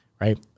right